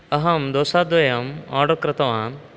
अहं दोसाद्वयम् आर्डर् कृतवान्